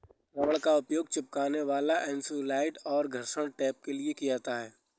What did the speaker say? rubber का उपयोग चिपकने वाला इन्सुलेट और घर्षण टेप के लिए किया जाता है